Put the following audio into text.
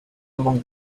among